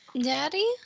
Daddy